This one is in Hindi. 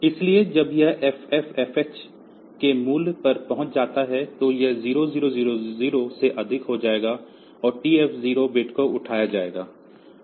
इसलिए जब यह FFFFH के मूल्य पर पहुंच जाता है तो यह 0000 से अधिक हो जाएगा और फिर TF0 बिट को उठाया जाएगा